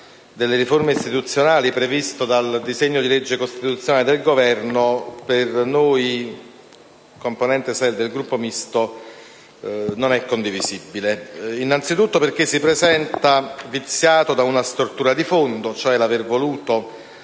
delle riforme costituzionali previsto dal disegno di legge costituzionale del Governo, per noi della componente SEL del Gruppo misto non è condivisibile. Innanzi tutto, esso si presenta viziato da una stortura di fondo, cioè dal fatto